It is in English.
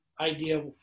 idea